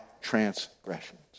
transgressions